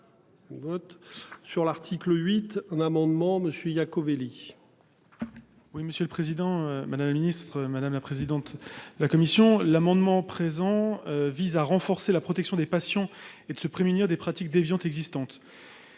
Vote sur l'article 8, un amendement monsieur Iacovelli. Oui, monsieur le président, madame la ministre, madame la présidente de la commission l'amendement présent vise à renforcer la protection des patients et de se prémunir des pratiques déviantes existantes.